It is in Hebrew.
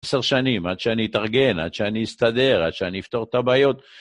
עשר שנים, עד שאני אתארגן, עד שאני אסתדר, עד שאני אפתור את הבעיות.